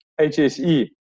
HSE